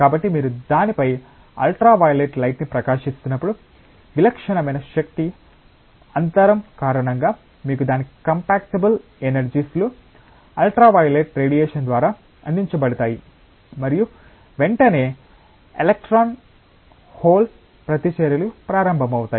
కాబట్టి మీరు దానిపై అల్ట్రావైయోలెట్ లైట్ని ప్రకాశిస్తున్నప్పుడు విలక్షణమైన శక్తి అంతరం కారణంగా మీకు దాని కంపాటబుల్ ఎనర్జీస్ లు అల్ట్రావైయోలెట్ రేడియేషన్ ద్వారా అందించబడతాయి మరియు వెంటనే ఎలక్ట్రాన్ హోల్ ప్రతిచర్యలు ప్రారంభమవుతాయి